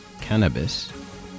cannabis